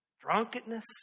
drunkenness